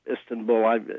Istanbul